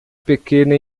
pequena